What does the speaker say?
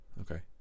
okay